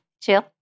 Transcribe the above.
chill